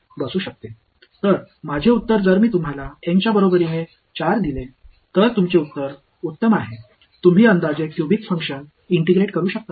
எனவே நான் உங்களுக்கு N ஐ 4 க்கு சமமாகக் கொடுத்தால் உங்கள் பதில் மிகச் சிறந்தது ஒரு கன செயல்பாட்டால் ஒருங்கிணைக்கப்படலாம்